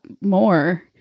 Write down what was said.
more